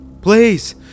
Please